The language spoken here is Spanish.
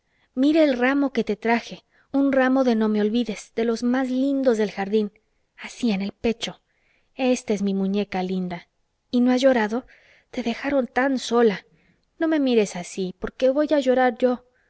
mira el ramo que te traje un ramo de nomeolvides de los más lindos del jardín así en el pecho ésta es mi muñeca linda y no has llorado te dejaron tan sola no me mires así porque voy a llorar yo